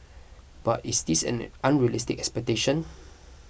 but is this an unrealistic expectation